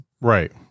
right